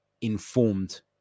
informed